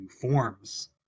forms